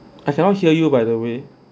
I cannot hear you by the way